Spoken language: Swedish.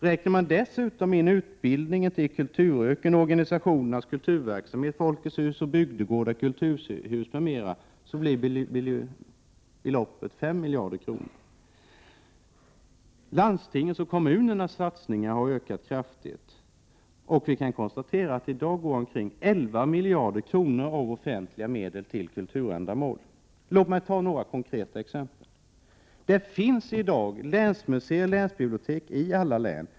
Räknar man dessutom in utbildningen till kulturyrken, organisationernas kulturverksamhet, Folkets hus, bygdegårdar, kulturhus m.m. blir beloppet 5 miljarder kronor. Landstingens och kommunernas satsningar har ökat kraftigt. Vi kan konstatera att omkring 11 miljarder kronor av offentliga medel i dag går till kulturändamål. Låt mig ta några konkreta exempel: Det finns i dag länsmuseer och länsbibliotek i alla län.